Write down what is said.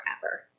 forever